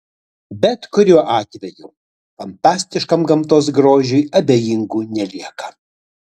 bet kuriuo atveju fantastiškam gamtos grožiui abejingų nelieka